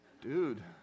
Dude